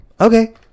Okay